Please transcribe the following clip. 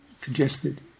congested